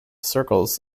circles